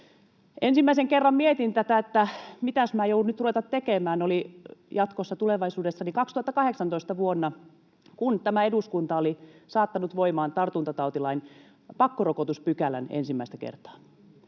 Ensimmäisen kerran mietin tätä, että mitäs minä joudun rupeamaan tekemään jatkossa ja tulevaisuudessa, kun tämä eduskunta oli vuonna 2018 saattanut voimaan tartuntatautilain pakkorokotuspykälän ensimmäistä kertaa.